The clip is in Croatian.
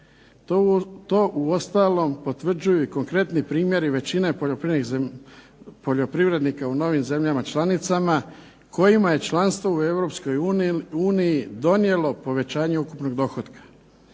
To uostalom potvrđuju i konkretni primjeri većine poljoprivrednika u novim zemljama članicama, kojima je članstvo u Europskoj uniji donijelo povećanje ukupnog dohotka.